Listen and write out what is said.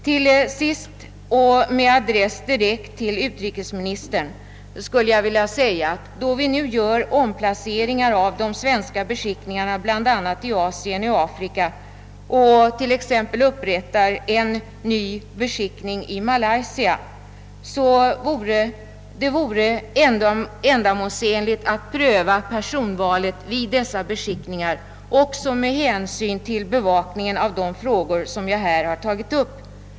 Till sist vill jag med adress direkt till utrikesministern påpeka, att då vi nu gör omplaceringar vid de svenska beskickningarna bl.a. i Asien och Afrika och t.ex. upprättar en ny beskickning i Malaysia vore det ändamålsenligt att pröva personvalet också med hänsyn till bevakningen av de frågor som jag här tagit upp.